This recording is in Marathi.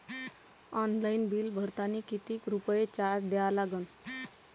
ऑनलाईन बिल भरतानी कितीक रुपये चार्ज द्या लागन?